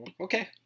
okay